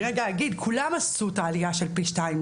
כולם עשו את העלייה פי שניים,